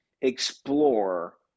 explore